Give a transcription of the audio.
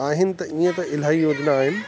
आहिनि त ईअं त इलाही योजना आहिनि